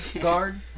guard